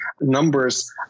numbers